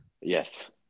Yes